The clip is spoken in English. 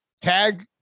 Tag